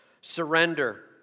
Surrender